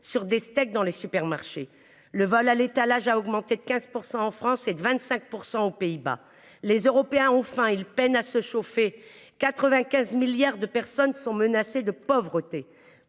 sur des steaks et le vol à l’étalage a augmenté de 15 % en France et de 25 % aux Pays-Bas. Les Européens ont faim et peinent à se chauffer. Près de 95 millions de personnes sont menacées de pauvreté.